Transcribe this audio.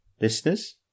listeners